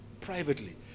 privately